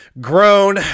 Grown